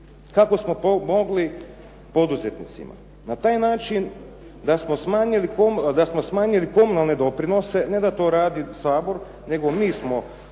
kako smo pomogli poduzetnicima. Na taj način da smo smanjili komunalne doprinose, ne da to radi Sabor, nego mi smo